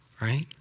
right